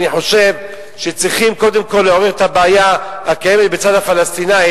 אני חושב שצריכים קודם כול לעורר את הבעיה הקיימת בצד הפלסטיני,